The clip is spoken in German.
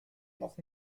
noch